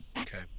Okay